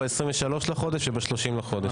ב-23 לחודש וב-30 לחודש.